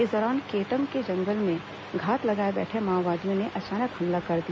इस दौरान केटम के जंगलों में घात लगाए बैठे माओवादियों ने अचानक हमला कर दिया